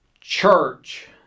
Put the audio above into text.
church